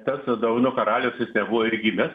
tas dovanų karalius jis nebuvo ir gimęs